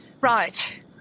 Right